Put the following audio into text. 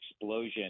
explosion